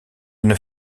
une